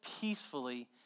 peacefully